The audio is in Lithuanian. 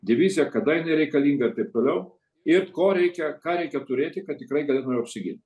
divizija kada jinai reikalinga ir taip toliau ir ko reikia ką reikia turėti kad tikrai galėtume apsigint